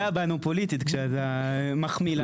אתה פוגע בנו פוליטית כשאתה מחמיא לנו...